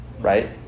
right